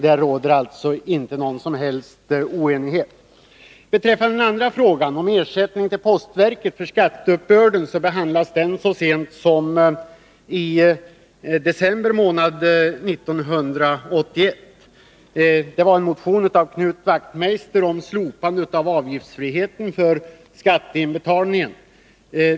Där råder alltså inte någon som helst oenighet. Den andra frågan, om ersättning till postverket för skatteuppbörden, behandlades så sent som i december månad 1981. Det var en motion av Knut Wachtmeister om slopande av avgiftsfriheten för skatteinbetalningarna.